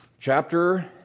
Chapter